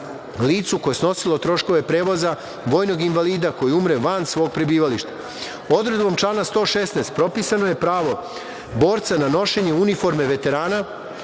licu koje je snosilo troškove prevoza vojnog invalida koji umre van svog prebivališta. Odredbom člana 116. propisano je pravo borca na nošenje uniforme veterana